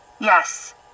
yes